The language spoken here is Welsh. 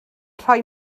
rhoi